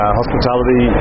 hospitality